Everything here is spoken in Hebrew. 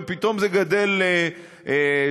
ופתאום זה גדל ל-40%.